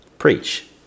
preach